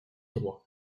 droit